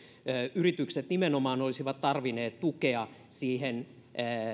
yritykset nimenomaan olisivat tarvinneet tukea